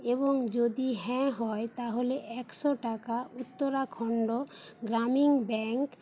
এবং যদি হ্যাঁ হয় তাহলে একশো টাকা উত্তরাখণ্ড গ্রামীণ ব্যাঙ্ক